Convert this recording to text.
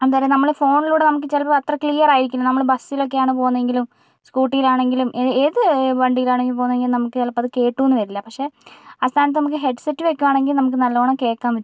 എന്താ പറയുക നമ്മള് ഫോണിലൂടെ നമുക്ക് ചെലപ്പോ അത്ര ക്ലിയർ ആയിരിക്കില്ല നമ്മള് ബസ്സിലൊക്കെ ആണ് പോകുന്നതെങ്കിലും സ്കൂട്ടിയിൽ ആണെങ്കിലും ഏത് വണ്ടിലാണെങ്കിലും പോകുന്നതെങ്കിലും നമുക്ക് ചിലപ്പോൾ അത് കേട്ടൂന്ന് വരില്ല പക്ഷേ ആ സ്ഥാനത്ത് നമുക്ക് ഹെഡ്സെറ്റ് നമുക്ക് നല്ലോണം കേൾക്കാൻ പറ്റും